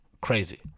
Crazy